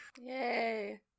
Yay